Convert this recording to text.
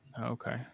Okay